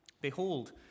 behold